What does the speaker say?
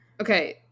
Okay